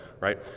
right